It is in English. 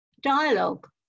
dialogue